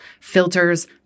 filters